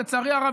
לצערי הרב,